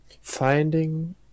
finding